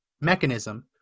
mechanism